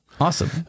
Awesome